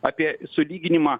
apie sulyginimą